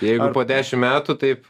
jeigu po dešimt metų taip